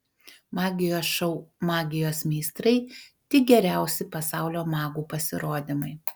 magijos šou magijos meistrai tik geriausi pasaulio magų pasirodymai